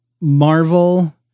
Marvel